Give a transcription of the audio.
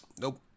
nope